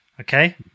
Okay